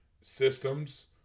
systems